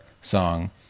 song